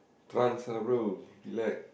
trance lah bro relax